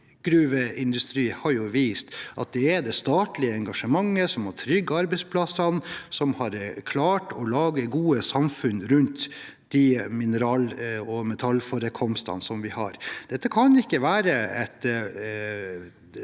gruveindustri har vist at det er det statlige engasjementet som har trygget arbeidsplassene, og som har klart å lage gode samfunn rundt de mineral- og metallforekomstene vi har. Dette kan ikke være en